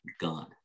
God